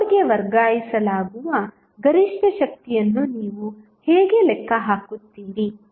ಲೋಡ್ಗೆ ವರ್ಗಾಯಿಸಲಾಗುವ ಗರಿಷ್ಠ ಶಕ್ತಿಯನ್ನು ನೀವು ಹೇಗೆ ಲೆಕ್ಕ ಹಾಕುತ್ತೀರಿ